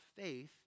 faith